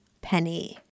penny